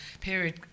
period